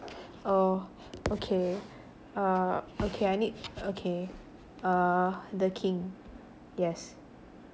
oh okay uh okay I need okay uh the king yes